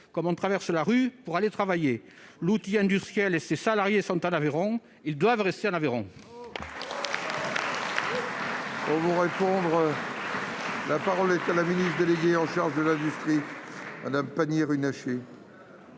comme on traverse la rue ! L'outil industriel et ses salariés sont en Aveyron, ils doivent rester en Aveyron